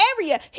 area